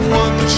one